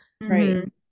Right